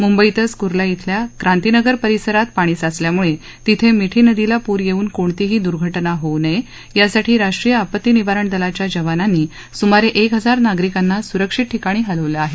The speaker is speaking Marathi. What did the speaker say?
मुंबईतच कुर्ला खिल्या क्रांतीनगर परिसरात पाणी साचल्यामुळे तिथे मिठी नदीला पूर येऊन कोणतीही दुर्घटना होऊ नये यासाठी राष्ट्रीय आपत्ती निवारण दलाच्या जवानांनी सुमारे एक हजार नागरिकांना सुरक्षित ठिकाणी हलवलं आहे